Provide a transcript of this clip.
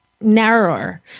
narrower